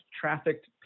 trafficked